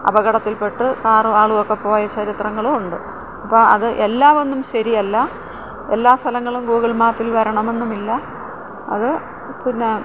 അപകടത്തിൽപ്പെട്ട് കാറും ആളുവൊക്ക പോയ ചരിത്രങ്ങളും ഉണ്ട് അപ്പം അത് എല്ലാ ഒന്നും ശെരിയല്ല എല്ലാ സ്ഥലങ്ങളും ഗൂഗിൾ മാപ്പിൽ വരണമെന്നുമില്ല അത് പിന്നെ